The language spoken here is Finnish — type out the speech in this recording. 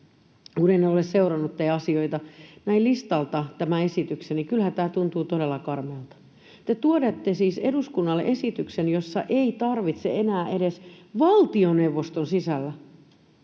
kun en ole seurannut teidän asioitanne ja näin listalta tämän esityksen, niin kyllähän tämä tuntuu todella karmealta. Te tuotte siis eduskunnalle esityksen, jossa ei tarvitse enää edes valtioneuvoston sisällä